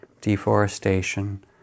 deforestation